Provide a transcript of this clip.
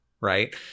Right